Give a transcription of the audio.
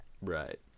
Right